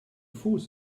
fuß